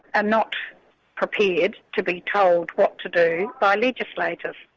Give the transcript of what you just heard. ah not prepared to be told what to do by legislators.